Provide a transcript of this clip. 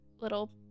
little